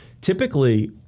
Typically